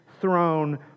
throne